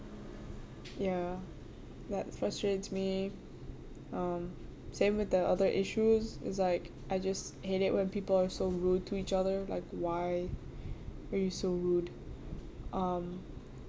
ya that frustrates me um same with the other issues it's like I just hate it when people are so rude to each other like why are you so rude um